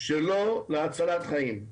שלו להצלת חיים?